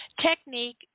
technique